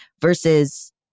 versus